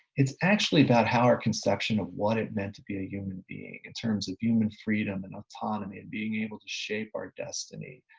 it's actually about how our conception of what it meant to be a human being in terms of human freedom and autonomy and being able to shape our destiny.